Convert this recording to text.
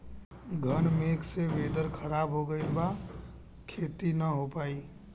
घन मेघ से वेदर ख़राब हो गइल बा खेती न हो पाई